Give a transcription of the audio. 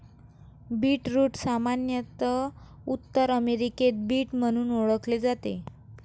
beetroot सामान्यत उत्तर अमेरिकेत बीट म्हणून ओळखले जाते